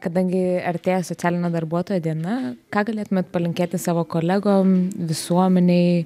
kadangi artėja socialinio darbuotojo diena ką galėtumėt palinkėti savo kolegom visuomenei